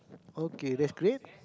okay that's great